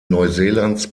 neuseelands